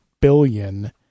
billion